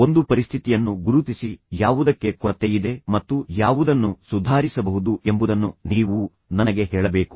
ಒಂದು ಪರಿಸ್ಥಿತಿಯನ್ನು ಗುರುತಿಸಿ ಯಾವುದಕ್ಕೆ ಕೊರತೆಯಿದೆ ಮತ್ತು ಯಾವುದನ್ನು ಸುಧಾರಿಸಬಹುದು ಎಂಬುದನ್ನು ನೀವು ನನಗೆ ಹೇಳಬೇಕು